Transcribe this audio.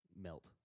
melt